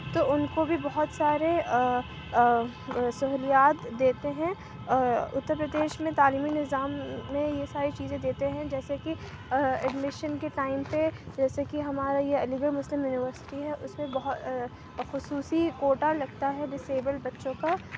تو ان کو بھی بہت سارے سہولیات دیتے ہیں اترپردیش میں تعلیمی نظام میں یہ ساری چیزیں دیتے ہیں جیسے کہ ایڈمیشن کے ٹائم پہ جیسے کہ ہمارا یہ علی گڑھ مسلم یونیورسٹی ہے اس میں بہت خصوصی کوٹا لگتا ہے ڈسیبلڈ بچوں کا